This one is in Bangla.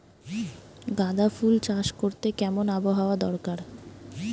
গাঁদাফুল চাষ করতে কেমন আবহাওয়া দরকার?